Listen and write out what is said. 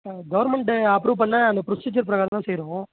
government approve பண்ண அந்த procedure பிரகாரம் தான் செய்கிறோம்